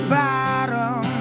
bottom